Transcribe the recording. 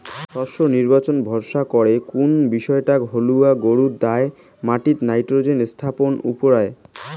শস্যর নির্বাচন ভরসা করে কুন বিষয়টাক হালুয়া গুরুত্ব দ্যায় মাটিত নাইট্রোজেন স্থাপন উপুরা